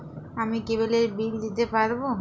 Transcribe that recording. আমি কেবলের বিল দিতে পারবো?